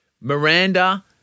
Miranda